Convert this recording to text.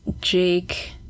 Jake